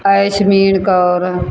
Ashmeen Kaur